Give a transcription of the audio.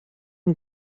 own